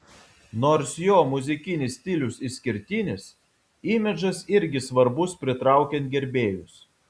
nors jo muzikinis stilius išskirtinis imidžas irgi svarbus pritraukiant gerbėjus